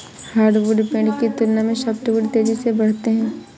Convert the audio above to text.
hardwood पेड़ की तुलना में सॉफ्टवुड तेजी से बढ़ते हैं